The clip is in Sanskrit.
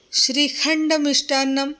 श्रीखण्डमिष्टान्नं